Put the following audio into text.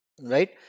Right